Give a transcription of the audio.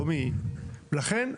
לכן,